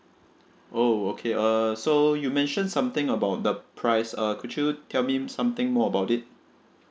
oh okay err so you mention something about the price uh could you tell me something more about it